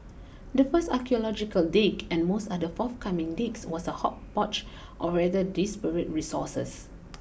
the first archaeological dig and most other forthcoming digs was a hodgepodge of rather disparate resources